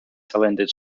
talented